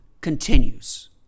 continues